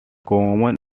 commune